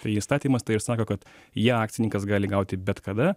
tai įstatymas tai ir sako kad ją akcininkas gali gauti bet kada